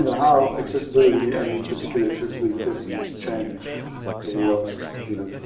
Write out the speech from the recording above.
and how accessibility and in particular accessibility testing has changed over the last, you know,